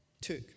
took